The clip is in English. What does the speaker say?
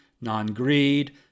non-greed